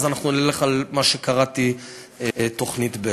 אנחנו נלך על מה שקראתי תוכנית ב'.